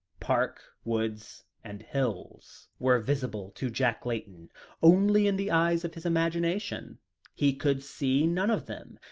park, woods, and hills were visible to jack layton only in the eyes of his imagination he could see none of them,